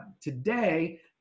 today